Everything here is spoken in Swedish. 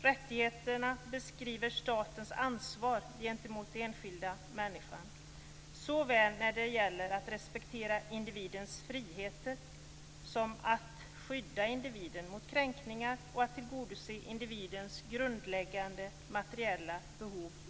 Rättigheterna beskriver statens ansvar gentemot den enskilda människan när det gäller såväl att respektera individens frihet som att skydda individen mot kränkningar och att utan diskriminering tillgodose individens grundläggande materiella behov.